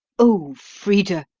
o frida,